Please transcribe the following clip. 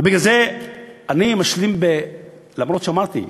ובגלל זה אני משלים אומנם אמרתי,